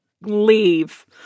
leave